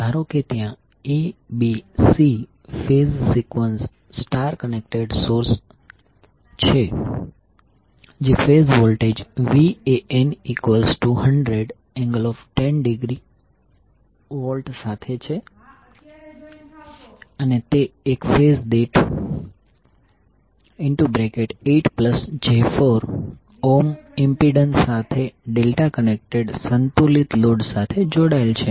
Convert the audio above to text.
ધારો કે ત્યાં A B C phase sequence star connected source છે જે ફેઝ વોલ્ટેજ Van100∠10°V સાથે છે અને તે એક ફેઝ દીઠ 8j4 ઇમ્પિડન્સ સાથે ડેલ્ટા કનેક્ટેડ સંતુલિત લોડ સાથે જોડાયેલ છે